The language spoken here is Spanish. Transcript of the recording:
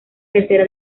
tercera